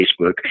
Facebook